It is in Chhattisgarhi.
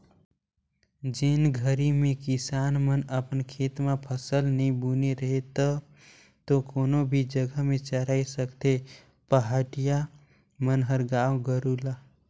जेन घरी में किसान मन अपन खेत म फसल नइ बुने रहें तब तो कोनो भी जघा में चराय सकथें पहाटिया मन ह गाय गोरु ल